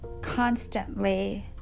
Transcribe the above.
constantly